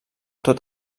tot